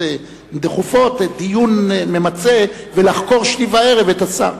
דחופות דיון ממצה ולחקור שתי-וערב את השר.